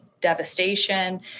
devastation